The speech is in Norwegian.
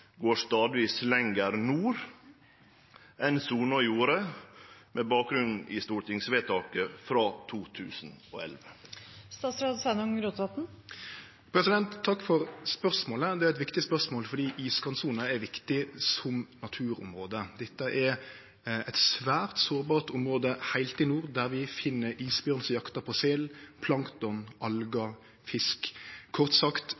går stadvis lenger nord enn sona gjorde med bakgrunn i stortingsvedtaket frå 2011? Takk for spørsmålet. Det er eit viktig spørsmål fordi iskantsona er viktig som naturområde. Dette er eit svært sårbart område heilt i nord, der vi finn isbjørn som jaktar på sel, plankton, algar og fisk. Kort sagt: